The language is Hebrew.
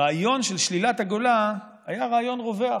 הרעיון של שלילת הגולה היה רעיון רווח,